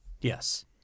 Yes